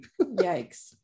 yikes